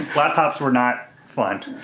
laptops were not fun.